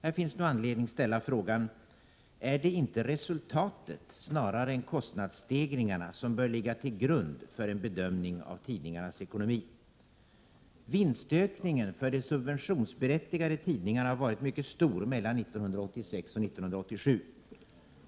Här finns nu anledning att ställa frågan: Är det inte resultatet snarare än kostnadsstegringarna som bör ligga till grund för en bedömning av tidningarnas ekonomi? Vinstökningen för de subventionsberättigade tidningarna har varit mycket stor mellan 1986 och 1987.